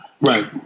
Right